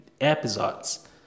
episodes